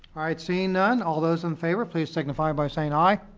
seeing none, all those in favor, please signify by saying aye.